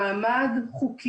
מעמד חקוק